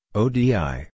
odi